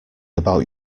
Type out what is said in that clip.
about